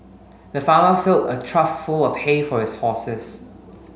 the farmer filled a trough full of hay for his horses